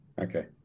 Okay